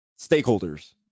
stakeholders